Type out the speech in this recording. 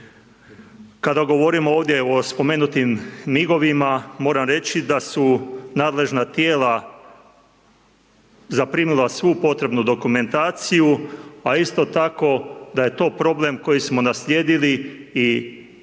Kada govorimo ovdje o spomenutim MIG-ovima moram reći da su nadležna tijela zaprimila svu potrebnu dokumentaciju a isto tako da je to problem koji smo naslijedili i vjerujte